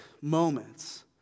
moments